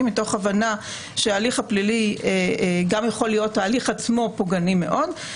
מתוך הבנה שההליך הפלילי עצמו גם יכול להיות פוגעני מאוד,